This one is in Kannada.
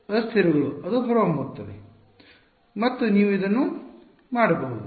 4 ಅಸ್ಥಿರಗಳು ಅದು ಹೊರಹೊಮ್ಮುತ್ತದೆ ಮತ್ತು ನೀವು ಇದನ್ನು ಮಾಡಬಹುದು